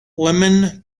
lemon